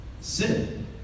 sin